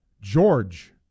George